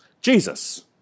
Jesus